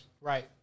right